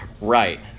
right